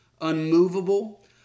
unmovable